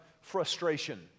frustration